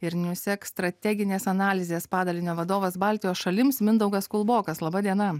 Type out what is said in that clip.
ir newsec strateginės analizės padalinio vadovas baltijos šalims mindaugas kulbokas laba diena